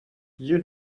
you